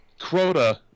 Crota